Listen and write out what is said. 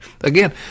Again